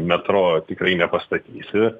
metro tikrai nepastatysi